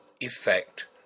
effect